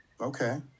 Okay